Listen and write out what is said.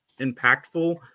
impactful